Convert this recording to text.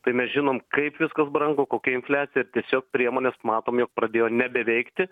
tai mes žinom kaip viskas brangu kokia infliacija ir tiesiog priemonės matom jog pradėjo nebeveikti